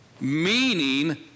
meaning